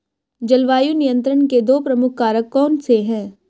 जलवायु नियंत्रण के दो प्रमुख कारक कौन से हैं?